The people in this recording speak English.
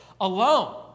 alone